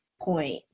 point